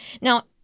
Now